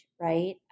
right